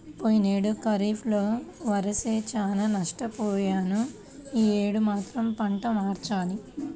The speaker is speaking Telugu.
పోయినేడు ఖరీఫ్ లో వరేసి చానా నష్టపొయ్యాను యీ యేడు మాత్రం పంట మార్చాలి